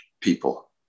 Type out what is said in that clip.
people